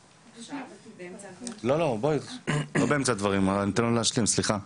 --- אה, אני אתן לו להשלים, סליחה.